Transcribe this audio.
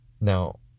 Now